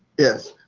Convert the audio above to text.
yes.